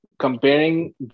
Comparing